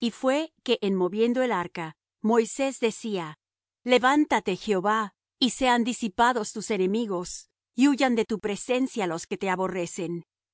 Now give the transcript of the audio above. y fué que en moviendo el arca moisés decía levántate jehová y sean disipados tus enemigos y huyan de tu presencia los que te aborrecen